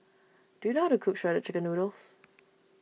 do you know how to cook Shredded Chicken Noodles